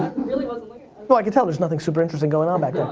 really well well i can tell there's nothing super interesting going on back